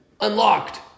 unlocked